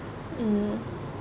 mm